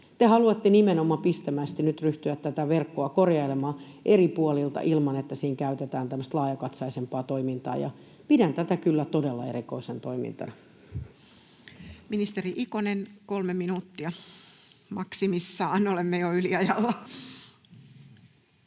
Te haluatte nimenomaan pistemäisesti nyt ryhtyä tätä verkkoa korjailemaan eri puolilta, ilman että siinä käytetään tämmöistä laajakatseisempaa toimintaa. Pidän tätä kyllä todella erikoisena toimintana. Ministeri Ikonen, kolme minuuttia maksimissaan, olemme jo yliajalla.